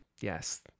Yes